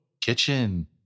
kitchen